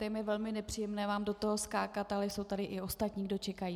Je mně velmi nepříjemné vám do toho skákat, ale jsou tady i ostatní, kdo čekají.